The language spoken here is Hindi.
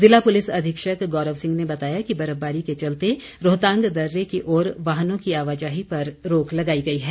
ज़िला पुलिस अधीक्षक गौरव सिंह ने बताया कि बर्फबारी के चलते रोहतांग दर्रे की ओर वाहनों की आवाजाही पर रोक लगाई गई है